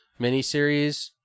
miniseries